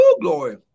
Glory